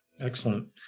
Excellent